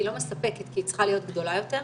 היא לא מספקת כי היא צריכה להיות גדולה יותר,